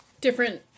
Different